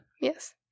Yes